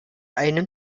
einem